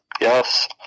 yes